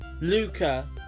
Luca